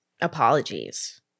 apologies